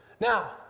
Now